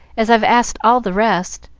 as i've asked all the rest.